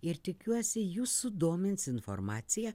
ir tikiuosi jus sudomins informacija